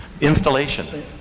Installation